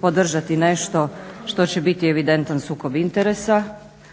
podržati nešto što će biti evidentan sukob interesa,